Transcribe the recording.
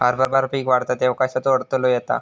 हरभरा पीक वाढता तेव्हा कश्याचो अडथलो येता?